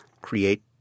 create